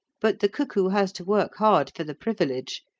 but the cuckoo has to work hard for the privilege,